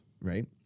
Right